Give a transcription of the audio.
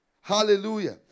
Hallelujah